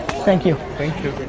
thank you. thank you,